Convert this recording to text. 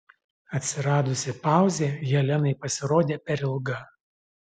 atsiradusi pauzė helenai pasirodė per ilga